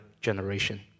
generation